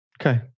Okay